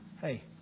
Hey